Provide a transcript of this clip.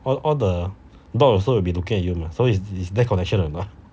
what all the dog will also be looking at you mah so is that connection or not